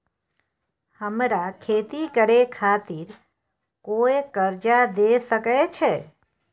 हमरा खेती करे खातिर कोय कर्जा द सकय छै?